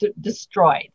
destroyed